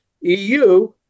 EU